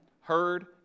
heard